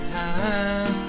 time